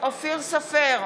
אופיר סופר,